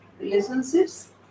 relationships